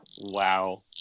Wow